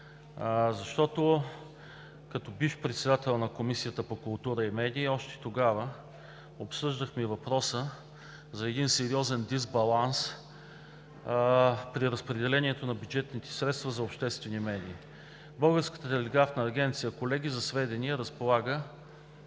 Защото като бивш председател на Комисията по културата и медиите още тогава обсъждахме въпроса за един сериозен дисбаланс при разпределението на бюджетните средства за обществени медии. Българската телеграфна агенция, колеги, за сведение разполага